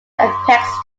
aspects